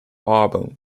album